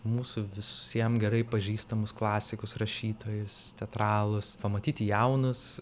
mūsų visiem gerai pažįstamus klasikus rašytojus teatralus pamatyti jaunus